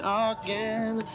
again